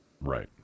Right